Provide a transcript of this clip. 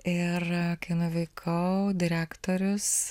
ir kai nuvykau direktorius